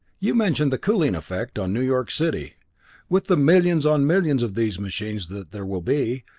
you mentioned the cooling effect on new york city with the millions on millions of these machines that there will be,